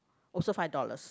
also five dollars